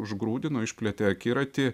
užgrūdino išplėtė akiratį